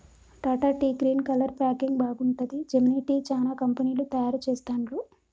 Tata tea green colour packing బాగుంటది, Gemini tea, చానా కంపెనీలు తయారు చెస్తాండ్లు